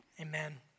Amen